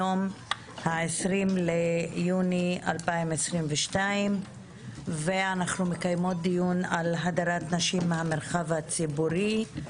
היום ה-20 ביוני 2022 ואנחנו מקיימות דיון על הדרת נשים מהמרחב הציבורי.